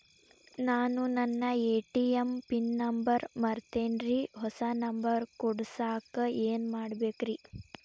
ನಾನು ನನ್ನ ATM pin number ಮರ್ತೇನ್ರಿ, ಹೊಸಾ ನಂಬರ್ ಕುಡಸಾಕ್ ಏನ್ ಮಾಡ್ಬೇಕ್ರಿ?